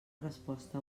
resposta